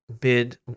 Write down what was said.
bid